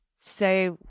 say